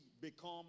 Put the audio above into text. become